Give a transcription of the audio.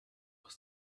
was